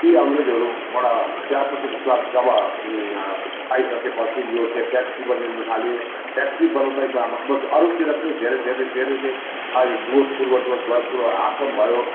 यी अङ्ग्रेजहरूबाट चियापत्तीको स्वाद जब पाइसकेपछि यो फ्याक्ट्री बनिनु थाल्यो फ्याक्ट्री बनाउँदै अरूतिर पनि धेरै धेरै धेरै नै आयो डुवर्स पूर्व डुवर्स भ आसाम भयो